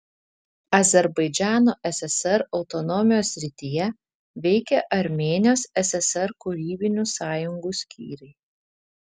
azerbaidžano ssr autonomijos srityje veikė armėnijos ssr kūrybinių sąjungų skyriai